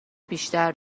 بیشتر